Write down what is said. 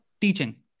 teaching